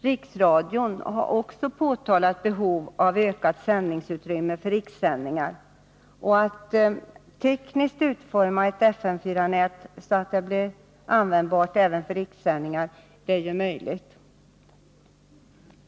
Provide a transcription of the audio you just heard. Riksradion har också understrukit behovet av ökat sändningsutrymme för rikssändningar. Att tekniskt utforma ett FM 4-nät så att det blir användbart även för rikssändningar är ju möjligt.